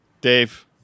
Dave